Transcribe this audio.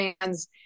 fans